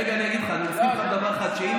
שמפלגת הליכוד מביאה ביום רביעי, זה החוק שהיה